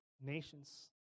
nations